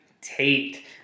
Tate